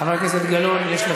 חבר הכנסת גלאון,